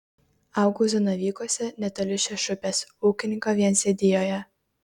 augau zanavykuose netoli šešupės ūkininko viensėdijoje